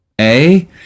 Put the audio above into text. A-